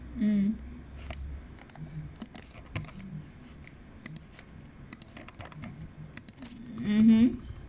mm mmhmm